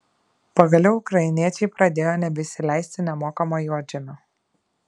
pagaliau ukrainiečiai pradėjo nebeįsileisti nemokamo juodžemio